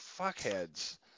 fuckheads